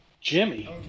Jimmy